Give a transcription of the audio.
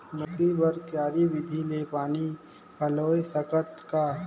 लौकी बर क्यारी विधि ले पानी पलोय सकत का?